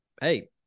hey